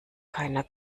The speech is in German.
keiner